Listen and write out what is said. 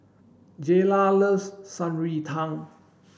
Jayla loves Shan Rui Tang